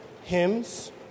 hymns